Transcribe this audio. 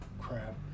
crap